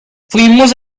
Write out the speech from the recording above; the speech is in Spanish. fuimos